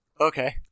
Okay